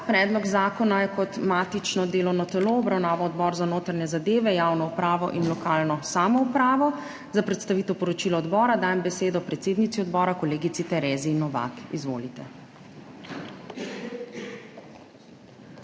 Predlog zakona je kot matično delovno telo obravnaval Odbor za notranje zadeve, javno upravo in lokalno samoupravo. Za predstavitev poročila odbora dajem besedo predsednici odbora, kolegici Tereziji Novak. Izvolite.